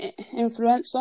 Influencer